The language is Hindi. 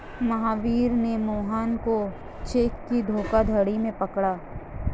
महावीर ने मोहन को चेक के धोखाधड़ी में पकड़ा